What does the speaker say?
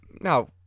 now